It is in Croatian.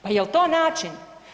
Pa jel to način?